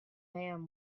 man